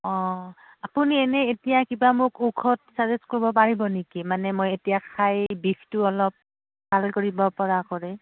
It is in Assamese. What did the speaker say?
অঁ আপুনি এনেই এতিয়া কিবা মোক ঔষধ চাজেষ্ট কৰিব পাৰিব নেকি মানে মই এতিয়া খাই বিষটো অলপ ভাল কৰিব পৰা কৰি